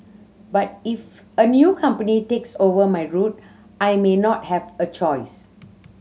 but if a new company takes over my route I may not have a choice